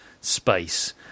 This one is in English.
space